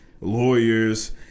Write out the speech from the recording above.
lawyers